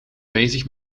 bezig